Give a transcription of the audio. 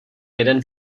jeden